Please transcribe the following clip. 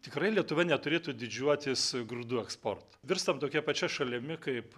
tikrai lietuva neturėtų didžiuotis grūdų eksportu virstam tokia pačia šalimi kaip